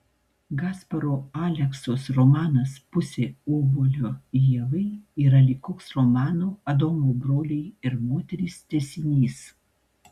gasparo aleksos romanas pusė obuolio ievai yra lyg koks romano adomo broliai ir moterys tęsinys